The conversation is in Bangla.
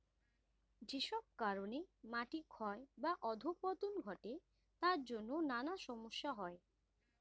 যেসব কারণে মাটি ক্ষয় বা অধঃপতন ঘটে তার জন্যে নানা সমস্যা হয়